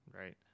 right